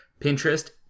Pinterest